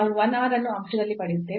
ನಾವು 1 r ಅನ್ನು ಅಂಶದಲ್ಲಿ ಪಡೆಯುತ್ತೇವೆ